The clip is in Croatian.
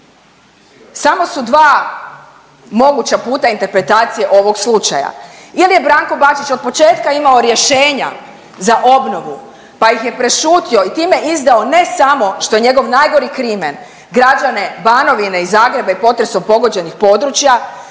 Samo su 2 moguća puta interpretacije ovog slučaja.